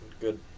good